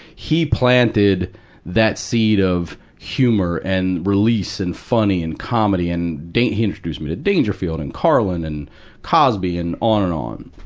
he planted that seed of humor, and release, and funny, and comedy, and danger he introduced me to dangerfield, and carlin, and cosby, and on and on.